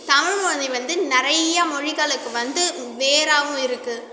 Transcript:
தமிழ்மொழி வந்து நிறைய மொழிகளுக்கு வந்து வேராகவும் இருக்கு